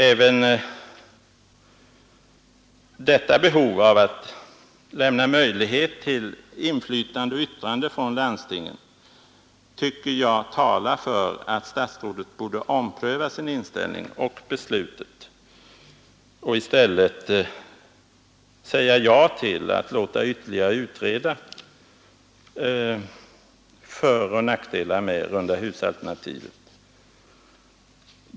Även detta behov av att lämna möjlighet till inflytande och yttrande från landstingen tycker jag talar för att statsrådet borde ompröva både sin inställning och det beslut som är fattat och i stället säga ja till att låta ytterligare utreda föroch nackdelar med rundahusalternativet.